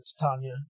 Tanya